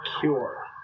cure